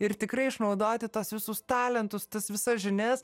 ir tikrai išnaudoti tuos visus talentus tas visas žinias